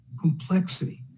complexity